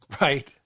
right